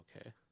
okay